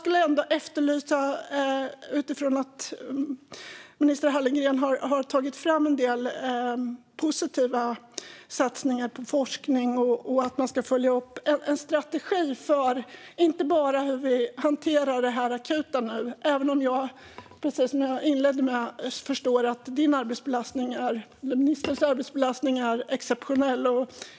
Utifrån att minister Hallengren har tagit fram en del positiva satsningar på forskning och uppföljning skulle jag vilja efterlysa en strategi för hur vi nu hanterar det akuta läget, även om jag, som jag inledde med att säga, förstår att ministerns arbetsbelastning är exceptionell.